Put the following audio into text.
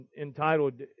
entitled